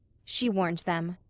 she warned them.